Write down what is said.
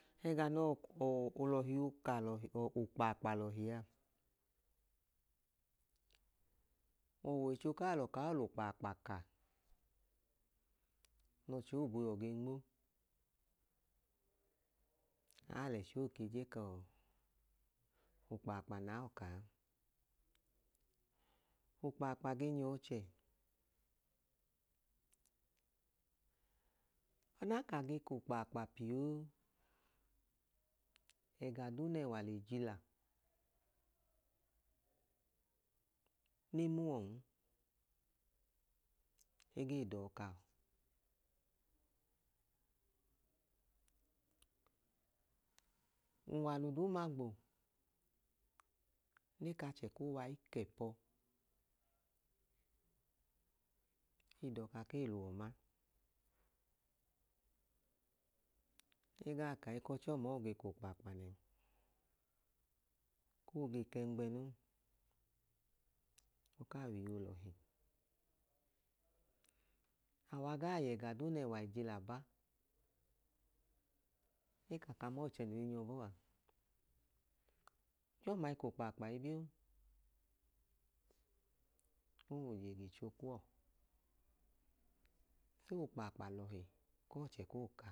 Ẹga nọọ olọhi oka lọ ọọ okpaakpa lọhia ọwọicho k'alọ kao l'okpaakpa ka n'ọchẹo biaọ gee nmo aal'ẹchẹo oke je kọọ okpaakpa na ọ kaa. Okpaakpa gee nyọọchẹ ọdan ka ge k'okpaakpa piooo ẹgaduu nẹẹwalejila ne muwọn egee dọkaọ. Unwalu duuma gbo ne k'achẹ ke wai kẹpọ edọka kei luwọ ma. Egaa ka ekọchọọma ogee k'okpaakpa neu koo ge kẹngbẹ no, okaa w'iye olọhi. Awa gaa yẹẹgaduu n'ẹwai jilaba. ne kamọọchẹ noi nyọ bọa ọchọọma ikokpakpa ibio, ow'ojegicho kuwọ so okpaapka lọhi kọọchẹ ko